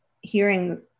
hearing